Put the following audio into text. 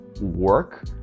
work